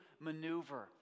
maneuver